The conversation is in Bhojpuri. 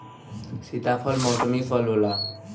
सीताफल मौसमी फल होला